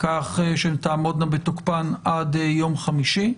כך שהן תעמודנה בתוקפן עד יום חמישי,